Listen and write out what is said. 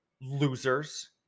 Losers